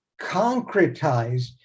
concretized